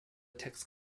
text